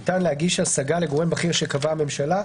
ניתן להגיש השגה לגורם בכיר שקבעה הממשלה,